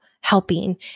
helping